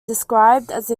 described